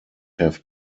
have